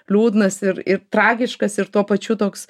liūdnas ir ir tragiškas ir tuo pačiu toks